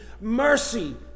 mercy